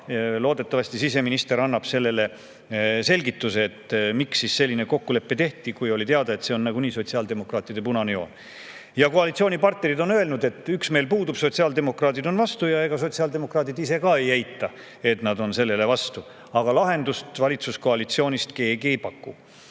tea. Loodetavasti annab siseminister selgitused, miks selline kokkulepe tehti, kui oli teada, et see on nagunii sotsiaaldemokraatidele punane joon. Koalitsioonipartnerid on öelnud, et üksmeel puudub, sotsiaaldemokraadid on vastu, ja ega sotsiaaldemokraadid ise ka ei eita, et nad on sellele vastu. Aga lahendust keegi valitsuskoalitsioonist ei paku.